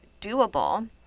doable